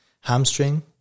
hamstring